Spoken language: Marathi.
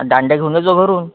दांडिया घेऊनच जाऊ घरून